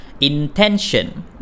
intention